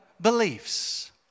beliefs